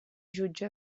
jutge